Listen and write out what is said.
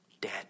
dead